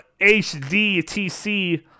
HDTC